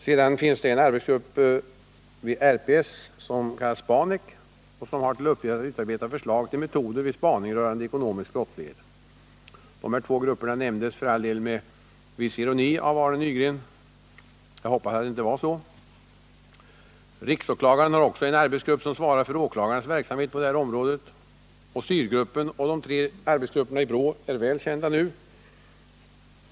Sedan finns det en arbetsgrupp på rikspolisstyrelsen som kallas SPANEK, som bl.a. har till uppgift att utarbeta förslag till metoder vid spaning rörande ekonomisk brottslighet. Dessa två grupper nämndes för all del med en viss ironi av Arne Nygren — jag hoppas att det inte var så. Riksåklagaren har också en arbetsgrupp som svarar för åklagarens verksamhet på det här området, och styrgruppen och de tre arbetsgrupperna inom BRÅ är nu väl kända.